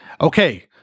Okay